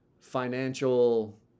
financial